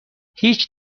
هیچ